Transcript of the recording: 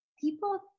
people